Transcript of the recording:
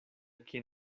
quien